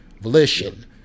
volition